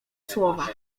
słowa